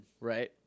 Right